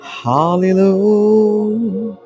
hallelujah